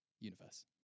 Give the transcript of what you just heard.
Universe